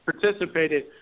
participated